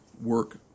work